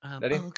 Ready